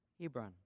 Hebron